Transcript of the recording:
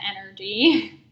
energy